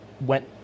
went